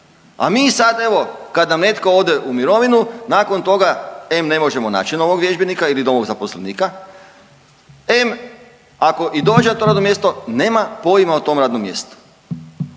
a mi sad evo kad nam netko ode u mirovinu nakon toga em ne možemo naći novog vježbenika ili novog zaposlenika, em ako i dođe na to radno mjesto, nema pojma o tom radnom mjestu